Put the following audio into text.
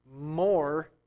more